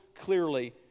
clearly